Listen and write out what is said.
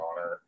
honor